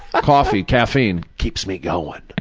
coffee, caffeine, keeps me going